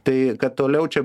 tai kad toliau čia